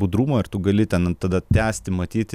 budrumo ir tu gali ten tada tęsti matyti